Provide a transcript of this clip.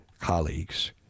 colleagues